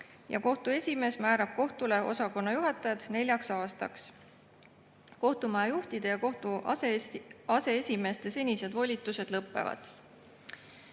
Kohtu esimees määrab kohtule osakonnajuhatajad neljaks aastaks. Kohtumaja juhtide ja kohtu aseesimeeste senised volitused lõpevad.